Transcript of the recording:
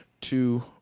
two